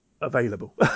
available